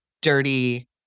dirty